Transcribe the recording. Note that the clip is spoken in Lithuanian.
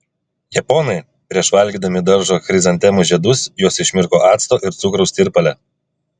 japonai prieš valgydami daržo chrizantemų žiedus juos išmirko acto ir cukraus tirpale